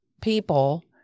people